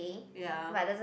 ya